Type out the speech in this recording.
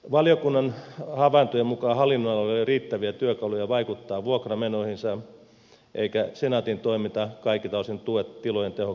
valiokunnan havaintojen mukaan hallinnonaloilla ei ole riittäviä työkaluja vaikuttaa vuokramenoihinsa eikä senaatin toiminta kaikilta osin tue tilojen tehokkaampaa käyttöä